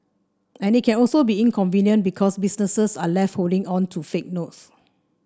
and it can also be inconvenient because businesses are left holding on to fake notes